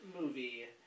movie